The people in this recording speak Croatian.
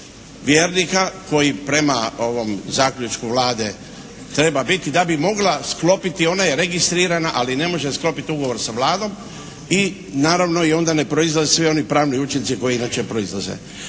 koji prema ovom zaključku Vlade treba biti da bi mogla sklopiti, ona je registrirana ali ne može sklopiti ugovor sa Vladom i naravno onda ne proizlaze svi oni pravni učinci koji inače proizlaze.